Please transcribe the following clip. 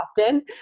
often